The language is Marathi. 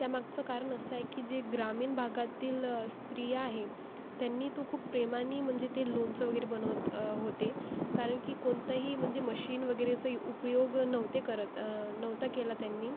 त्यामागचं कारण असं आहे की जे ग्रामीण भागातील स्त्रिया आहे त्यांनी तो खूप प्रेमाने म्हणजे ते लोणचं वगैरे बनवत होते कारण की कोणतंही म्हणजे मशीन वगैरे असे उपयोग नव्हते करत नव्हता केला त्यांनी